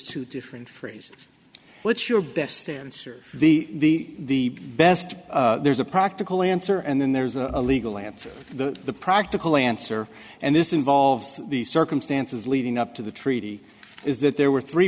two different phrase what's your best stance or the best there's a practical answer and then there's a legal answer the the practical answer and this involves the circumstances leading up to the treaty is that there were three